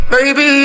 Baby